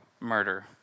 murder